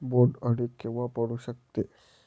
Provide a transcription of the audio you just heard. बोंड अळी केव्हा पडू शकते?